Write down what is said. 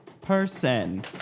person